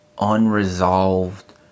unresolved